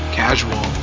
casual